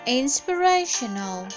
inspirational